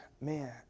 man